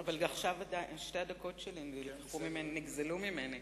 אבל עכשיו שתי הדקות שלי נגזלו ממני.